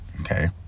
Okay